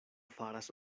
faras